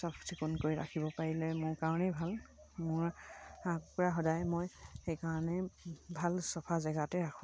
চাফ চিকুণ কৰি ৰাখিব পাৰিলে মোৰ কাৰণেই ভাল মোৰ হাঁহ কুকুৰা সদায় মই সেইকাৰণেই ভাল চফা জেগাতে ৰাখোঁ